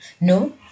No